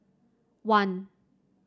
one